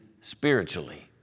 spiritually